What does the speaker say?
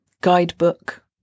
guidebook